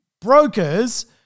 Brokers